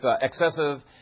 excessive